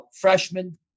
freshman